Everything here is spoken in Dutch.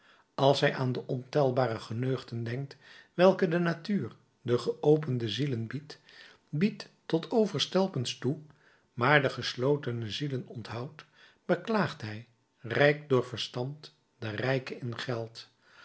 als hij aan de ontelbare geneugten denkt welke de natuur de geopende zielen biedt biedt tot overstelpens toe maar de geslotene zielen onthoudt beklaagt hij rijk door verstand den rijke in geld